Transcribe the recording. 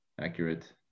accurate